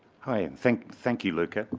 hi. and thank thank you, luca.